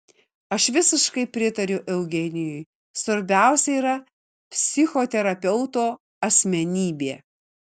aš visiškai pritariu eugenijui svarbiausia yra psichoterapeuto asmenybė